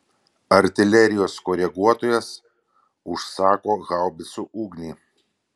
artilerijos koreguotojas užsako haubicų ugnį